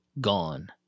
gone